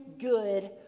good